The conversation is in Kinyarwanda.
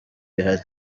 bihari